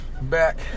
back